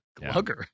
Glugger